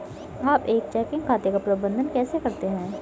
आप एक चेकिंग खाते का प्रबंधन कैसे करते हैं?